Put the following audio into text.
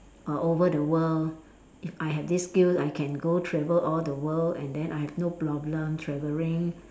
all over the world if I have this skill I can go travel all the world and then I have no problem travelling